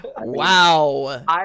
wow